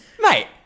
Mate